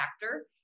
factor